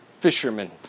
fishermen